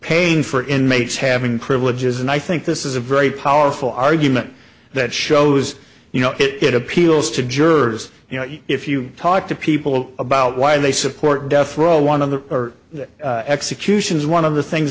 pain for inmates having privileges and i think this is a very powerful argument that shows you know it appeals to jurors you know if you talk to people about why they support death row one of the executions one of the things